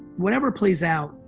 whatever plays out,